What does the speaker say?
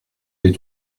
les